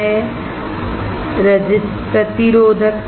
ρ क्या है प्रतिरोधकता